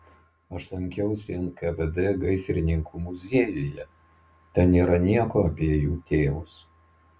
aš lankiausi nkvd gaisrininkų muziejuje ten nieko nėra apie jų tėvus